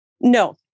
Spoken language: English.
No